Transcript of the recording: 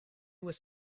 was